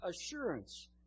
assurance